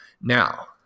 Now